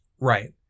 Right